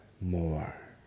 more